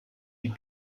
die